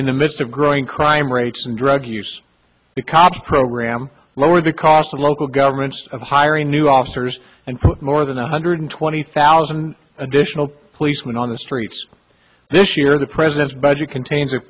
in the midst of growing crime rates and drug use the cops program lower the cost of local governments of hiring new officers and more than one hundred twenty thousand additional police went on the streets this year the president's budget contain